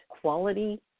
quality